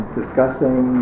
discussing